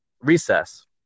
recess